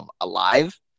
alive